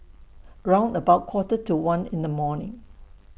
round about Quarter to one in The morning